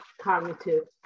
cognitive